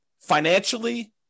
financially